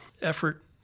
effort